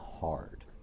hard